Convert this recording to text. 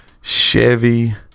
Chevy